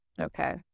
Okay